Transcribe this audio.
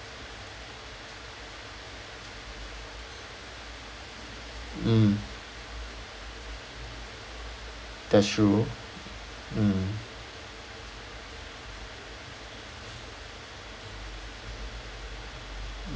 mm that's true mm